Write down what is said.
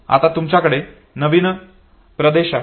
आता तुमच्याकडे नवीन प्रदेश आहे